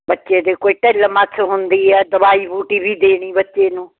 ਬੱਚੇ ਦੇ ਕੋਈ ਢਿੱਲ ਮੱਥ ਹੁੰਦੀ ਹੈ ਦਵਾਈ ਬੂਟੀ ਵੀ ਦੇਣੀ ਬੱਚੇ ਨੂੰ